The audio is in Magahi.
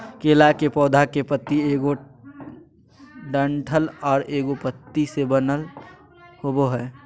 केला के पौधा के पत्ति एगो डंठल आर एगो पत्ति से बनल होबो हइ